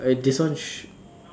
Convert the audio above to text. uh this one sh~